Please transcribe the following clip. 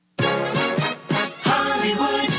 hollywood